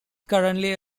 currently